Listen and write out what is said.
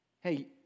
Hey